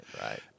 right